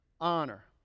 honor